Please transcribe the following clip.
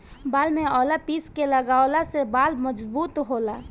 बाल में आवंला पीस के लगवला से बाल मजबूत होला